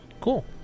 Cool